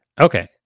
Okay